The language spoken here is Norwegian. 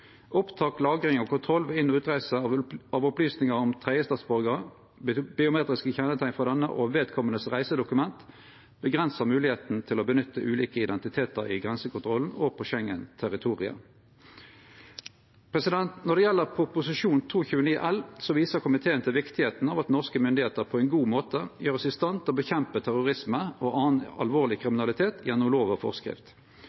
Opptak, lagring og kontroll ved inn- og utreise av opplysningar om tredjestatsborgarar, biometriske kjenneteikn frå denne og reisedokumenta til vedkomande avgrensar moglegheita til å nytte ulike identitetar i grensekontrollen og på Schengen-territoriet. Når det gjeld proposisjon 229 L, viser komiteen til viktigheita av at norske myndigheiter på ein god måte gjer oss i stand til å kjempe mot terrorisme og annan alvorleg